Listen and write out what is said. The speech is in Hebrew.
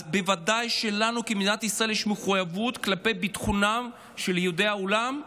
אז בוודאי שלנו כמדינת ישראל יש מחויבות כלפי ביטחונם של יהודי העולם.